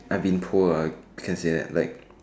I'm been poor ah I can say that like